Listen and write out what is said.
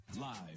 Live